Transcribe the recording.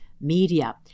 media